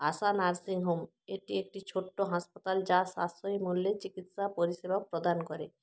আশা nursing home এটি একটি ছোট্ট হাসপাতাল যা সাশ্রয়ী মূল্যে চিকিৎসা পরিষেবা প্রদান করে